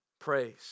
praise